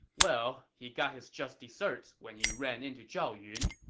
well, he got his just deserts when he ran into zhao yun,